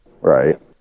right